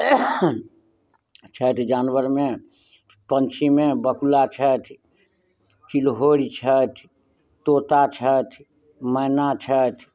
छथि जानवर मे पंछी मे बकुला छथि चिल्होरि छथि तोता छथि मैना छथि